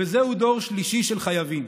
וזהו דור שלישי של חייבים.